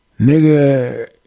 Nigga